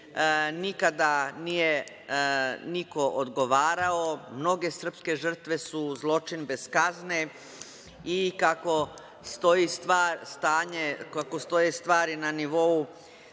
nikada nije niko odgovarao, mnoge srpske žrtve su zločin bez kazne i kako stoji stvari na nivou